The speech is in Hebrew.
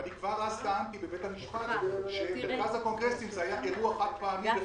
אני כבר אז טענתי בבית המשפט שבמרכז הקונגרסים זה היה אירוע חד פעמי.